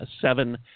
seven